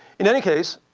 in any case,